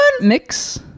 Mix